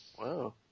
Wow